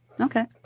Okay